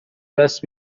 دست